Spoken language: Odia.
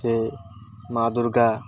ସେ ମା' ଦୁର୍ଗା